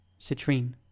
Citrine